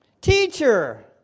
Teacher